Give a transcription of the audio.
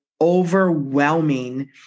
Overwhelming